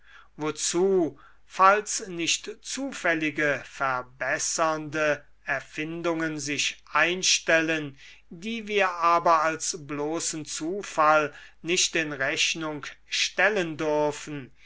wozu falls nicht zufällige verbessernde erfindungen sich einstellen die wir aber als bloßen zufall nicht in rechnung stellen dürfen